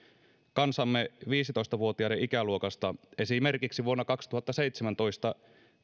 kansamme viisitoista vuotiaiden ikäluokasta esimerkiksi vuonna kaksituhattaseitsemäntoista